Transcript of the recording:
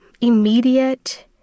immediate